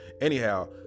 Anyhow